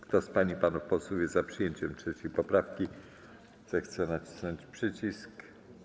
Kto z pań i panów posłów jest za przyjęciem 3. poprawki, zechce nacisnąć przycisk.